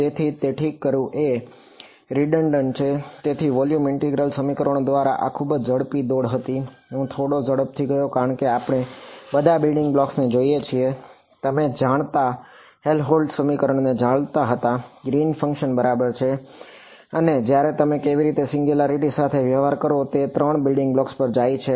તેથી તે ઠીક કરવું એ એક રીડન્ડન્ટ છે